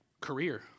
career